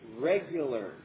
regular